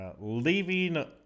leaving